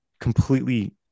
completely